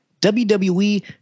WWE